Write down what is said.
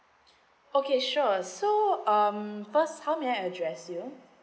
okay sure so um first how may I address you